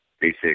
basic